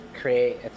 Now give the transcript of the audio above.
create